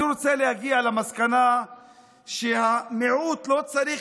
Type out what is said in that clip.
אני רוצה להגיע למסקנה שהמיעוט לא צריך